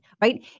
right